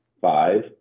five